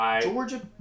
Georgia